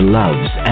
loves